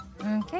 Okay